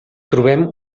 trobem